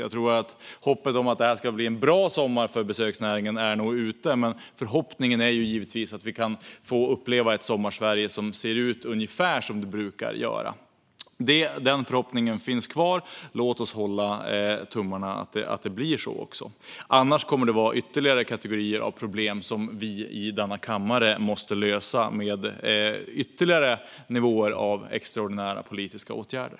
Jag tror att hoppet om att det här ska bli en bra sommar för besöksnäringen är ute, men förhoppningen är givetvis att vi kan få uppleva ett Sommarsverige som ser ut ungefär som det brukar göra. Den förhoppningen finns kvar. Låt oss hålla tummarna för att det blir så; annars kommer vi i denna kammare att behöva lösa ytterligare kategorier av problem med ytterligare nivåer av extraordinära politiska åtgärder.